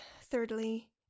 thirdly